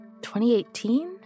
2018